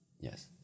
Yes